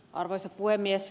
arvoisa puhemies